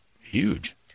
Huge